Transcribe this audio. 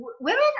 women